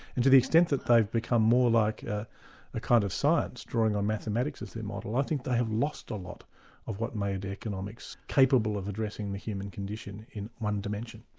and to the extent that they've become more like ah a kind of science drawing on mathematics as their model, i think they have lost a lot of what made economics capable of addressing the human condition in one dimension.